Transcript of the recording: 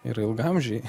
yra ilgaamžiai